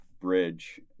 bridge